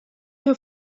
her